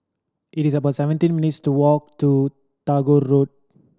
it is about seventeen minutes' walk to Tagore Road